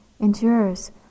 endures